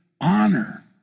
honor